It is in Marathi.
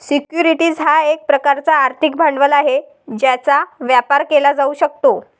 सिक्युरिटीज हा एक प्रकारचा आर्थिक भांडवल आहे ज्याचा व्यापार केला जाऊ शकतो